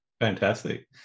Fantastic